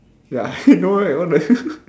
ya I know right what the hell